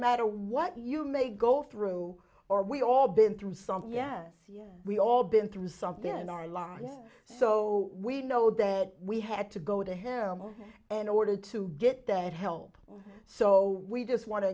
matter what you may go through or we've all been through something yes we've all been through something in our lives so we know that we had to go to him and ordered to get that help so we just want to